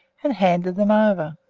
and handed them over.